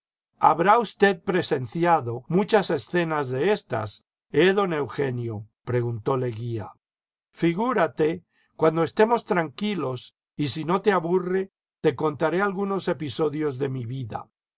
íhabrá usted presenciado muchas escenas de éstas eh don eugenio preguntó leguía jfigúrate cuando estemos tranquilos y si no le aburre te contaré algunos episodios de mi vida